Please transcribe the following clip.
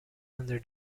under